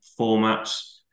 formats